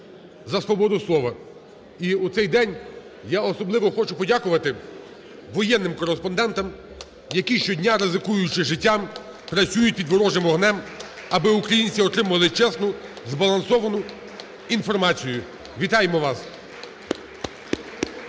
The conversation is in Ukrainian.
за свободу слова. І у цей день я особливо хочу подякувати воєнним кореспондентам, які щодня, ризикуючи життям, працюють під ворожим огнем, аби українці отримували чесну, збалансовану інформацію. Вітаємо вас!